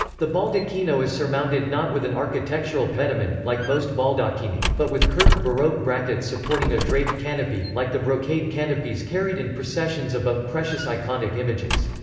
the baldacchino is surmounted not with an architectural pediment, like most baldacchini, but with curved baroque brackets supporting a draped canopy, like the brocade canopies carried in processions above precious iconic images.